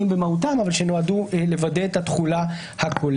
לגבי סעיף המטרה זה הסעיף הראשון של התחולה וזה פשיטא